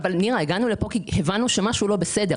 הגענו לכאן כי הבנו שמשהו לא בסדר.